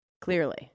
Clearly